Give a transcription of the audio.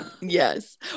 yes